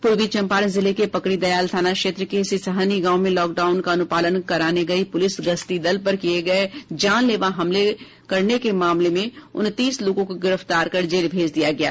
पूर्वी चंपारण जिले के पकड़ीदयाल थाना क्षेत्र के सिसहनी गांव में लॉकडाउन का अनुपालन कराने गयी पुलिस गश्ती दल पर किए गए जानलेवा हमले करने के मामले में उनतीस लोगों को गिरफ्तार कर जेल भेज दिया गया है